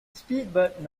speedbird